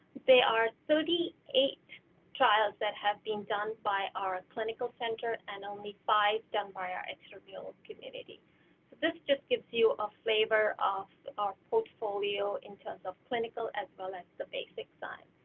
they are thirty eight trials that have been done by our clinical center and only five done by our extramural committee. so this just gives you a flavor of our portfolio in terms of clinical as well as the basic side.